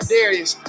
Darius